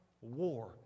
war